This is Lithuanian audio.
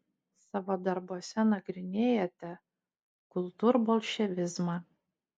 savo darbuose nagrinėjate kultūrbolševizmą